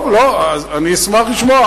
טוב, אז אני אשמח לשמוע.